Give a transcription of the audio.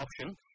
option